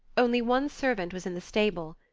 only one servant was in the stable.